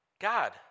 God